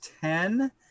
ten